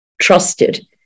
trusted